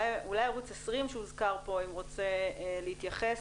אולי ערוץ 20 שהוזכר פה אם רוצה להתייחס,